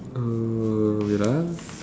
err wait ah